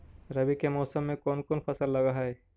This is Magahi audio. रवि के मौसम में कोन कोन फसल लग है?